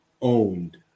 owned